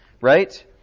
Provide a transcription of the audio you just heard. right